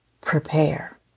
Prepare